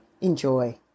Enjoy